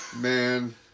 Man